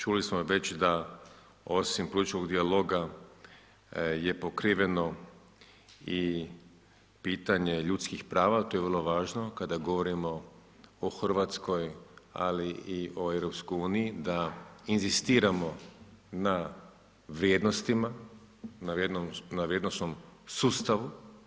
Čuli smo već da osim političkog dijaloga je pokriveno i pitanje ljudskim prava, to je vrlo važno kada govorimo o Hrvatskoj, ali i o Europskoj uniji, da inzistiramo na vrijednostima, na vrijednosnom sustavu.